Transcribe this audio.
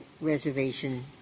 reservation